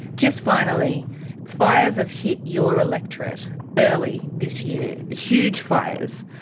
just finally fires have hit your electorate early this year. huge fires.